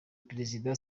perezida